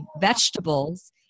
vegetables